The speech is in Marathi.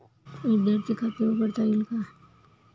विद्यार्थी खाते उघडता येईल का?